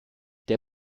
der